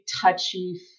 touchy